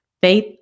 faith